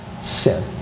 Sin